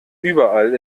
überall